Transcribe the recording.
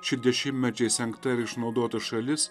ši dešimtmečiais engta ir išnaudota šalis